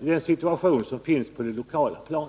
den situation som finns på det lokala planet.